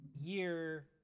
year